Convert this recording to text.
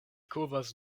kovas